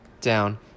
Down